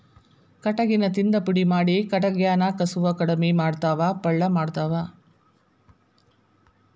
ಕಟಗಿನ ತಿಂದ ಪುಡಿ ಮಾಡಿ ಕಟಗ್ಯಾನ ಕಸುವ ಕಡಮಿ ಮಾಡತಾವ ಪಳ್ಳ ಮಾಡತಾವ